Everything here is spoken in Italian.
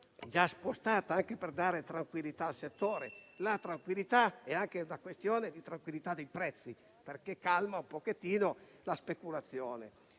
va spostata, anche per dare tranquillità al settore. La tranquillità è anche una questione di tranquillità dei prezzi, perché calma un po' la speculazione.